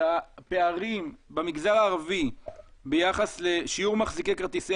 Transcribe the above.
שהפערים במגזר הערבי ביחס לשיעור מחזיקי כרטיסי